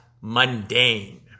mundane